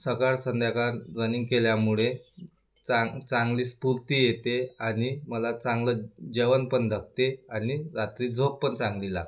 सकाळ संध्याकाळ रनिंग केल्यामुळे चांग चांगली स्फूर्ती येते आणि मला चांगलं जेवण पण लागते आणि रात्री झोप पण चांगली लागते